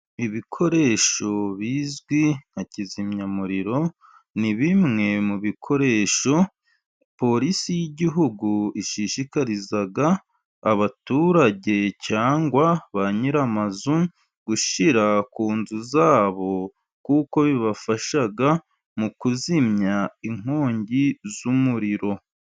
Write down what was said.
Ibikoresho bizwi nka kizimyamuriro, ni bimwe mu bikoresho polisi y'igihugu ishishikariza abaturage, cyangwa ba nyiramazu gushyira ku nzu zabo, kuko bibafasha mu kuzimya inkongi y'umuriro.